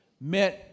meant